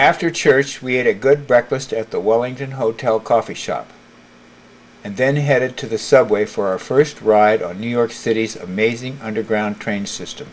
after church we had a good breakfast at the wellington hotel coffee shop and then headed to the subway for our first ride on new york city's amazing underground train system